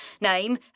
Name